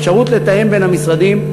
האפשרות לתאם בין המשרדים,